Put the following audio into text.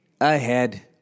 ahead